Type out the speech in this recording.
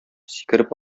сикереп